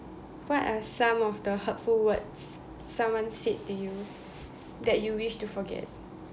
what are some of the hurtful words someone said to you that you wish to forget